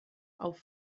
auf